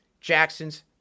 Jackson's